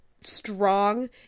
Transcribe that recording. strong